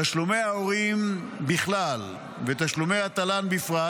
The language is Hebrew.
תשלומי ההורים בכלל ותשלומי התל"ן בפרט